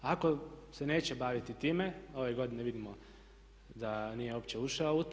Ako se neće baviti time ove godine vidimo da nije uopće ušao u to.